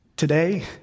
Today